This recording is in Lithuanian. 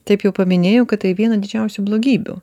taip jau paminėjau kad tai viena didžiausių blogybių